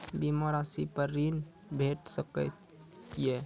बीमा रासि पर ॠण भेट सकै ये?